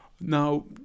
now